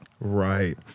Right